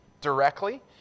directly